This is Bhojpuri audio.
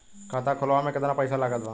खाता खुलावे म केतना पईसा लागत बा?